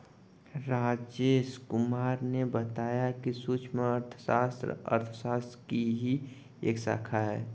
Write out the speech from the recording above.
राजेश कुमार ने बताया कि सूक्ष्म अर्थशास्त्र अर्थशास्त्र की ही एक शाखा है